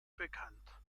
bekannt